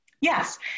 Yes